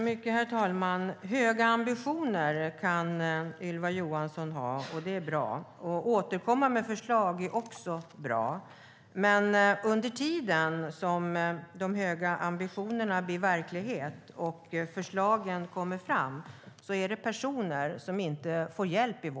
Herr talman! Höga ambitioner kan Ylva Johansson ha. Det är bra. Att återkomma med förslag är också bra. Men under den tid som det tar för de höga ambitionerna att bli verklighet och för förslagen att komma fram finns det personer i vårt land som inte får hjälp.